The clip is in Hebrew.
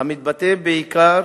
המתבטא בעיקר